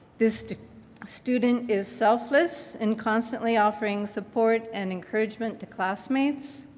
this student is selfless and constantly offering support and encouragement to classmates.